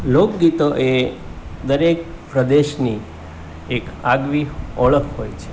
લોકગીતોએ દરેક પ્રદેશની એક આગવી ઓળખ હોય છે